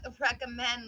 recommend